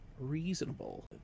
reasonable